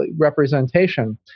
representation